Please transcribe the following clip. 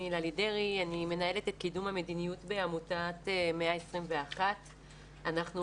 אני מנהלת את קידום המדיניות בעמותת 121. אנחנו